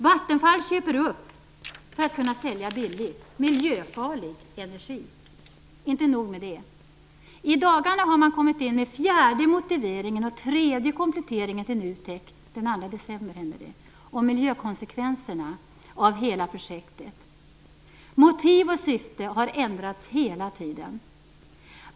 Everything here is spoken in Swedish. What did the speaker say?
Vattenfall köper upp miljöfarlig energi för att kunna sälja den billigt. Inte nog med det, utan i dagarna, den 2 december, kom man in till NUTEK med fjärde motiveringen och tredje kompletteringen av miljökonsekvenserna för hela projektet. Motiv och syfte har hela tiden ändrats.